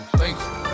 thankful